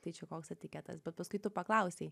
tai čia koks etiketas bet paskui tu paklausei